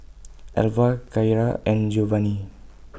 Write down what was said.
Elva Kyara and Giovani